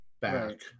back